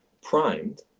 primed